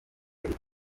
igiti